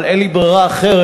אבל אין לי ברירה אחרת.